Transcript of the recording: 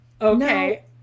Okay